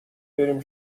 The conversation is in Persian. بریم